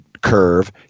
curve